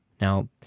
Now